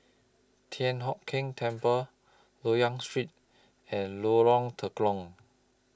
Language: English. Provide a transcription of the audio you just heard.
Thian Hock Keng Temple Loyang Street and Lorong